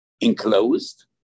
Enclosed